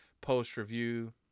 post-review